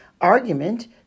argument